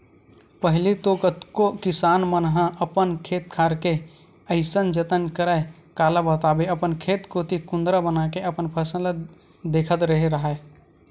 पहिली तो कतको किसान मन ह अपन खेत खार के अइसन जतन करय काला बताबे अपन खेत कोती कुदंरा बनाके अपन फसल ल देखत रेहे राहय